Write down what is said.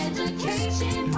Education